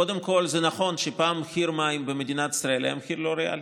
קודם כול זה נכון שפעם מחיר המים במדינת ישראל היה מחיר לא ריאלי,